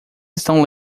estão